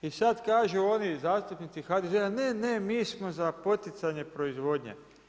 I sad kažu oni zastupnici HDZ-a, ne ne mi smo za poticanje proizvodnje.